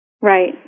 Right